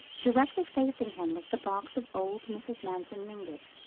directly facing him was the box of old mrs. manson mingott,